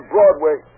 Broadway